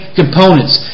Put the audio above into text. components